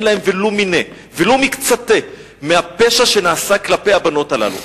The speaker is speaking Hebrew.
אין להם לא מיניה ולא מקצתיה עם הפשע שנעשה כלפי הבנות הללו.